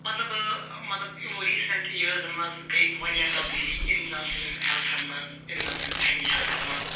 مطلب مطلب یِمو ریٖسنٛٮ۪ٹ یِیٲرزن منٛز گٔے وارِیاہ تبدیلی اِنسان سِنٛدٮ۪ن ہٮ۪لتھن منٛز اِنسان سٕنٛز ذہنی ہٮ۪لتھس منٛز